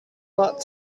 lot